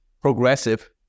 progressive